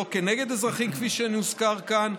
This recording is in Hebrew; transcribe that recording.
ולא כנגד אזרחים כפי שהוזכר כאן,